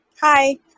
Hi